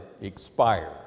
expires